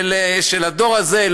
של הדור הזה,